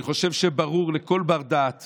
אני חושב שברור לכל בר-דעת